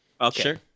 Okay